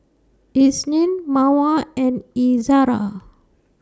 Isnin Mawar and Izara